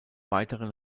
weiteren